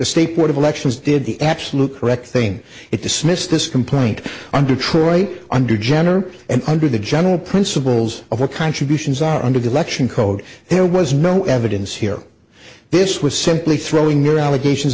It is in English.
state board of elections did the absolute correct thing it dismissed this complaint on detroit under jenner and under the general principles of our contributions are under the election code there was no evidence here this was simply throwing your allegations